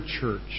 church